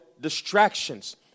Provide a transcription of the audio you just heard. distractions